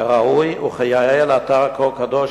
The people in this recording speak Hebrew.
כראוי וכיאה לאתר כה קדוש,